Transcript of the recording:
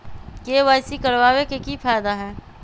KYC करवाबे के कि फायदा है?